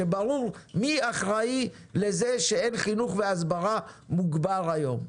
שיהיה ברור מי אחראי לזה שאין חינוך והסברה מוגבר היום,